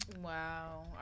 Wow